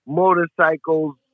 motorcycles